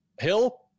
Hill